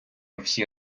всі